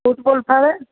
football ફાવે